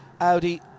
Audi